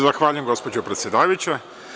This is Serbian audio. Zahvaljujem gospođo predsedavajuća.